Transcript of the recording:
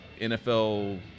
NFL